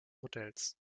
modells